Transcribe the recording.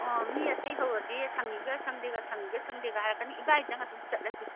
ꯑꯣ ꯃꯤ ꯑꯇꯩ ꯍꯧꯔꯗꯤ ꯁꯪꯉꯤꯒ ꯁꯪꯗꯦꯒ ꯁꯪꯉꯤꯒ ꯁꯪꯗꯦꯒ ꯍꯥꯏꯔꯛꯀꯅꯤ ꯏꯕꯥꯟꯅꯤꯗꯪ ꯑꯗꯨꯝ ꯆꯠꯂꯁꯤ